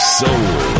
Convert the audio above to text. soul